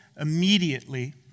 immediately